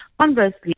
Conversely